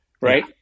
right